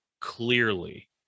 clearly